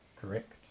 Correct